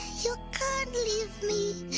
you can't leave me!